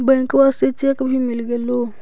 बैंकवा से चेक भी मिलगेलो?